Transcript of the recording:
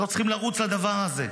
לא צריכים לרוץ לדבר הזה.